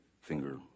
finger